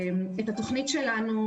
את התכנית שלנו